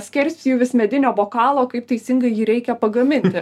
skerspjūvis medinio bokalo kaip teisingai jį reikia pagaminti